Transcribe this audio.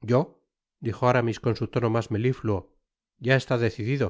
yo dijo aramis con su tono mas melifluo ya estaba decidido